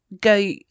go